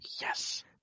yes